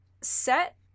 set